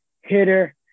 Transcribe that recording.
hitter